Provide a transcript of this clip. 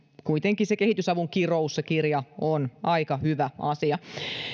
kuitenkin se kehitysavun kirous se kirja on aika hyvä asia